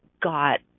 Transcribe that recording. got